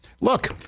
Look